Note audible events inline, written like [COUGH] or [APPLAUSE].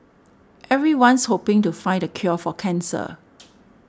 everyone's hoping to find the cure for cancer [NOISE]